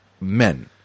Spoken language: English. men